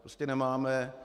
Prostě nemáme.